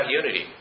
unity